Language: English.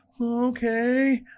okay